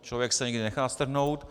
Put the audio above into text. Člověk se někdy nechá strhnout.